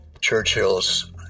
churchill's